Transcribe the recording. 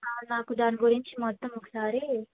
నాకు దాని గురించి మొత్తం ఒకసారి